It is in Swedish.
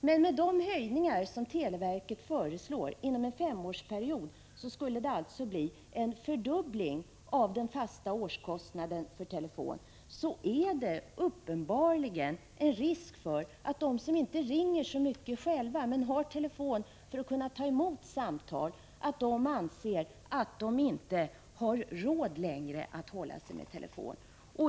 Men med de höjningar som televerket föreslår inom en femårsperiod skulle det bli en fördubbling av den fasta årskostnaden för telefon. Då är det uppenbarligen en risk för att de som inte ringer så mycket själva, men som har telefon för att kunna ta emot samtal anser att de inte längre har råd att hålla sig med telefon.